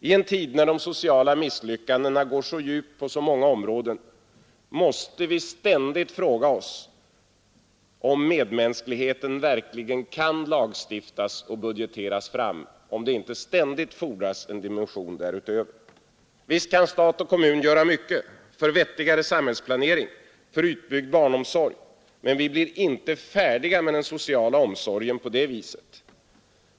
I en tid när de sociala misslyckandena går så djupt på så många områden måste vi ständigt fråga oss om medmänsklighet verkligen kan lagstiftas eller budgeteras fram, om det inte ständigt fordras en dimension därutöver. Visst kan stat och kommun göra mycket för vettigare samhällsplanering, för utbyggd barnomsorg. Men vi blir inte färdiga med den sociala omsorgen på det viset.